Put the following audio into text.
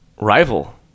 rival